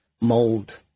mold